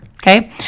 Okay